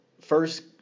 First